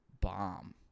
bomb